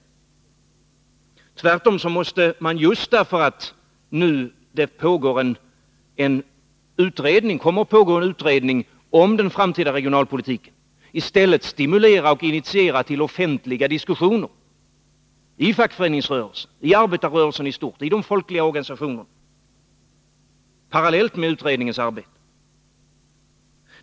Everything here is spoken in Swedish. Just därför att en utredning nu kommer att arbeta med den framtida regionalpolitiken måste man i stället parallellt med utredningens arbete stimulera och initiera till offentliga diskussioner i fackföreningsrörelsen, i arbetarrörelsen i stort och i de folkliga organisationerna.